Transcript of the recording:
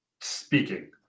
speaking